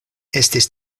estis